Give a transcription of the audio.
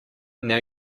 now